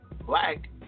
Black